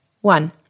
one